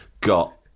got